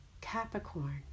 Capricorn